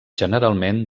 generalment